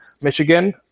Michigan